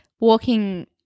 walking